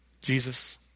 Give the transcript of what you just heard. Jesus